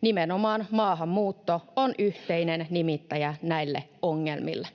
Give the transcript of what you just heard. Nimenomaan maahanmuutto on yhteinen nimittäjä näille ongelmille.